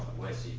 was